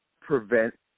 prevent